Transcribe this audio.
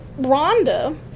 Rhonda